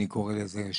כך אני קורא לזה,